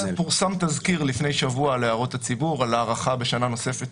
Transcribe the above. פורסם תזכיר לפני שבוע להערות הציבור על הארכה בשנה נוספת.